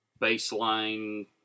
baseline